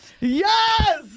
Yes